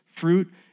fruit